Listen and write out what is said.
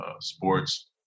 sports